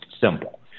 simple